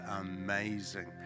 amazing